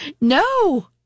No